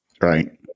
right